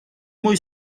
muy